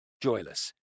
joyless